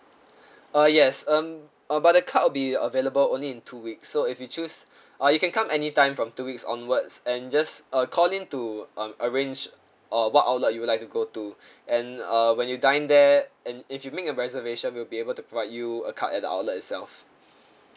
uh yes um uh but the card will be available only in two weeks so if you choose uh you can come anytime from two weeks onwards and just uh call in to um arrange uh what outlet you would like to go to and uh when you dine there and if you make a reservation we'll be able to provide you a card at the outlet itself